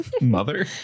Mother